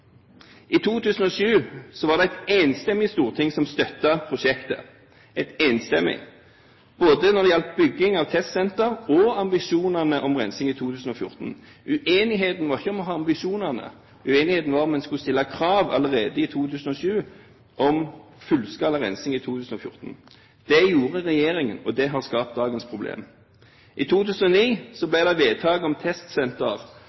I 2007 var det et enstemmig storting som støttet prosjektet – enstemmig – både når det gjaldt bygging av testsenter og ambisjonene om rensing i 2014. Uenigheten var ikke om å ha ambisjonene. Uenigheten var om en skulle stille krav allerede i 2007 om fullskala rensing i 2014. Det gjorde regjeringen, og det har skapt dagens problem. I 2009